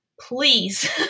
please